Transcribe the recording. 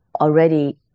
already